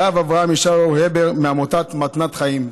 הרב אברהם ישעיהו הבר מעמותת "מתנת חיים".